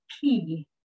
key